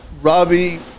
Robbie